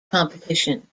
competition